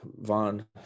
Von